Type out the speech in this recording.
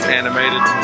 animated